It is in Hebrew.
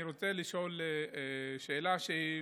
אני רוצה לשאול שאלה שהיא